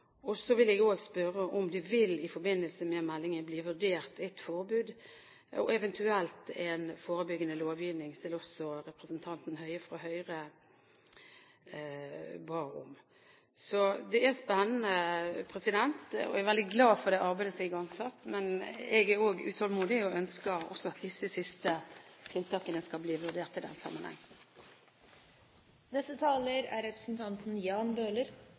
Så vil jeg også spørre om det i forbindelse med meldingen vil bli vurdert et forbud, og eventuelt en forebyggende lovgivning, slik også representanten Høie fra Høyre ba om. Det er spennende, og jeg er veldig glad for det arbeidet som er igangsatt, men jeg er også utålmodig og ønsker også at disse siste tiltakene skal bli vurdert i den sammenheng. Fra et justispolitisk ståsted vil jeg si at jeg er